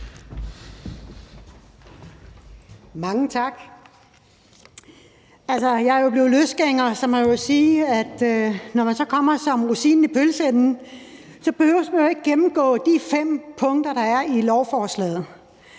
Mange tak. Jeg er jo blevet løsgænger, så man må jo sige, at man, når man så kommer som rosinen i pølseenden, ikke behøver at gennemgå de fem punkter, der er i lovforslaget.